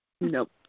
Nope